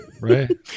Right